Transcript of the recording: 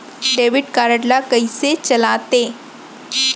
Debit card ला कइसे चलाते?